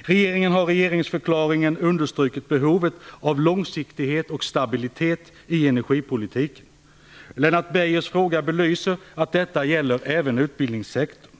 Regeringen har i regeringsförklaringen understrukit behovet av långsiktighet och stabilitet i energipolitiken. Lennart Beijers fråga belyser att detta även gäller utbildningssektorn.